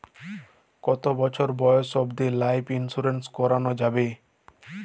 কতো বছর বয়স অব্দি লাইফ ইন্সুরেন্স করানো যাবে?